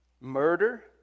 murder